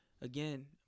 again